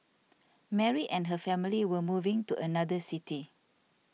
Mary and her family were moving to another city